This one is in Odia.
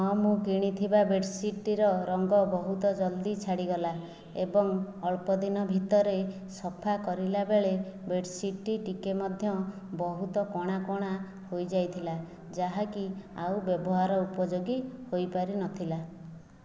ହଁ ମୁଁ କିଣିଥିବା ବେଡ଼ସିଟଟିର ରଙ୍ଗ ବହୁତ ଜଲ୍ଦି ଛାଡ଼ିଗଲା ଏବଂ ଅଳ୍ପ ଦିନ ଭିତରେ ସଫା କରିଲା ବେଳେ ବେଡ଼ସିଟ୍ଟି ଟିକିଏ ମଧ୍ୟ ବହୁତ କଣା କଣା ହୋଇଯାଇଥିଲା ଯାହାକି ଆଉ ବ୍ୟବହାର ଉପଯୋଗୀ ହୋଇପାରିନଥିଲା